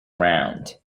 round